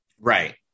right